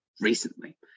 recently